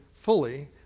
fully